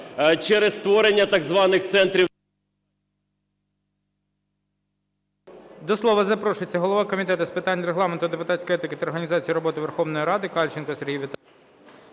через створення так званих центрів...